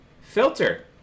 Filter